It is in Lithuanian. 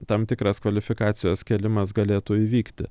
tam tikras kvalifikacijos kėlimas galėtų įvykti